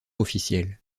officiel